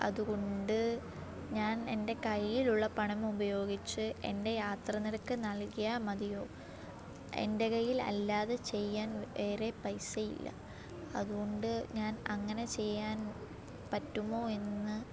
അതുകൊണ്ട് ഞാൻ എൻ്റെ കൈയ്യിലുള്ള പണം ഉപയോഗിച്ച് എൻ്റെ യാത്ര നിരക്ക് നൽകിയാൽ മതിയോ എൻ്റെ കയ്യിൽ അല്ലാതെ ചെയ്യാൻ വേറെ പൈസയില്ല അതുകൊണ്ട് ഞാൻ അങ്ങനെ ചെയ്യാൻ പറ്റുമോ എന്ന്